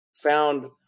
found